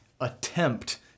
attempt